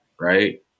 right